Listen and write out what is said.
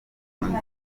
amazina